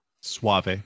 suave